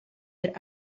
der